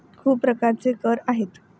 खूप प्रकारचे कर आहेत